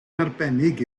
arbennig